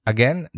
Again